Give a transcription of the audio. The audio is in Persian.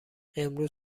امروز